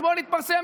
אתמול התפרסם,